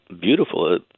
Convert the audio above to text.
beautiful